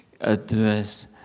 address